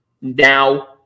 now